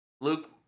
Luke